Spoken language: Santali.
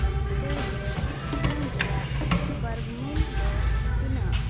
ᱯᱮ ᱜᱮᱞ ᱯᱩᱱ ᱨᱮᱭᱟᱜ ᱵᱚᱨᱜᱚᱢᱩᱞ ᱫᱚ ᱛᱤᱱᱟᱹᱜ